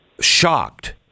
shocked